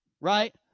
right